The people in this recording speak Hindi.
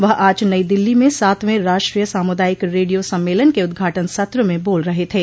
वह आज नई दिल्ली में सातवें राष्ट्रीय सामुदायिक रेडियो सम्मेलन के उद्घाटन सत्र में बोल रहे थे